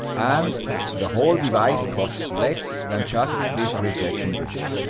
and the whole device costs less than just this reflection bridge.